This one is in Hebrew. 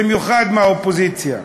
במיוחד מהאופוזיציה,